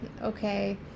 okay